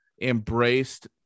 embraced